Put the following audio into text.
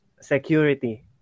security